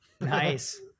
Nice